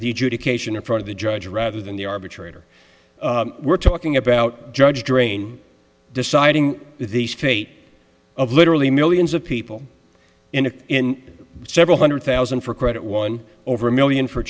cation in front of the judge rather than the arbitrator we're talking about judge drain deciding the fate of literally millions of people in a in several hundred thousand for credit one over a million for